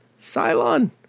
Cylon